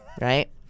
right